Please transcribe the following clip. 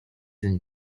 and